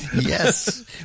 Yes